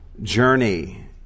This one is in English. journey